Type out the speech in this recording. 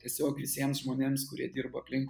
tiesiog visiems žmonėms kurie dirba aplink